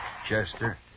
Chester